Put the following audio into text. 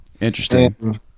Interesting